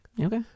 okay